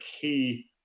key